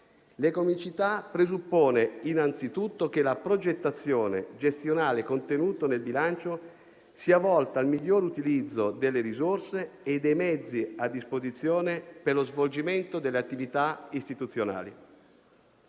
L'economicità presuppone innanzitutto che la progettazione gestionale contenuta nel bilancio sia volta al miglior utilizzo delle risorse e dei mezzi a disposizione per lo svolgimento delle attività istituzionali.